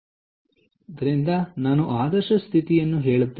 ಆದ್ದರಿಂದ ನಾನು ಆದರ್ಶ ಸ್ಥಿತಿಯನ್ನು ಹೇಳುತ್ತೇನೆ